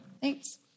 thanks